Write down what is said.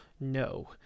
no